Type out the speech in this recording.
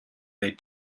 they